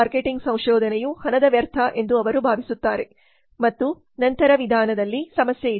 marketing ಸಂಶೋಧನೆಯು ಹಣದ ವ್ಯರ್ಥ ಎಂದು ಅವರು ಭಾವಿಸುತ್ತಾರೆ ಮತ್ತು ನಂತರ ವಿಧಾನದಲ್ಲಿ ಸಮಸ್ಯೆ ಇದೆ